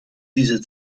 dieser